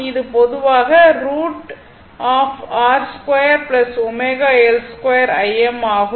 இது பொதுவாக √ R 2 ω L 2 Im ஆகும்